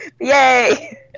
Yay